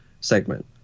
segment